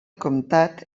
comtat